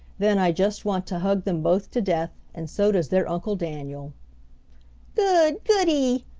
then i just want to hug them both to death, and so does their uncle daniel good goody!